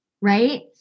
Right